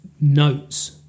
notes